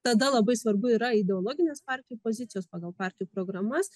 tada labai svarbu yra ideologinės partijų pozicijos pagal partijų programas